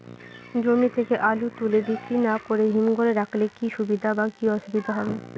জমি থেকে আলু তুলে বিক্রি না করে হিমঘরে রাখলে কী সুবিধা বা কী অসুবিধা হবে?